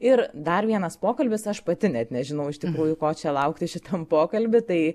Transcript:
ir dar vienas pokalbis aš pati net nežinau iš tikrųjų ko čia laukti šitam pokalby tai